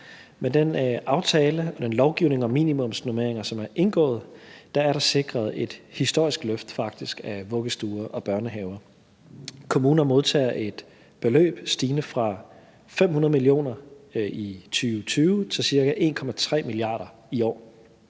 Med den aftale og den lovgivning om minimumsnormeringer, som er indgået, er der faktisk sikret et historisk løft af vuggestuer og børnehaver. Kommunerne modtager et beløb stigende fra 500 mio. kr. i 2020 til ca. 1,3 mia. kr. i år.